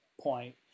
point